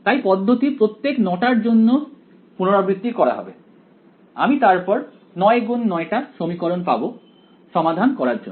তাই পদ্ধতি প্রত্যেক 9 টার জন্য পুনরাবৃত্তি করা হবে আমি তারপর 99 টা সমীকরণ পাব সমাধান করার জন্য